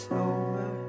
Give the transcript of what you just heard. over